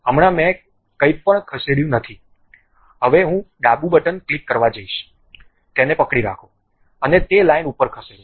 હમણાં મેં કંઈપણ ખસેડ્યું નથી હવે હું ડાબી બટન ક્લિક કરવા જઇશ તેને પકડી રાખો અને તે લાઇન ઉપર ખસેડો